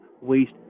waste